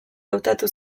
hautatu